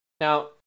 Now